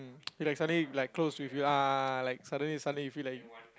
mm he like suddenly like close with you ah like suddenly suddenly feel like